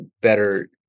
better